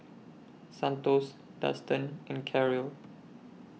Santos Dustan and Karyl